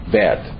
bad